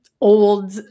old